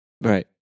Right